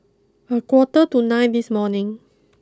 a quarter to nine this morning